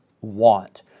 want